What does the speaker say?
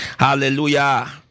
Hallelujah